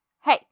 Hey